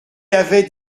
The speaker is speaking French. avait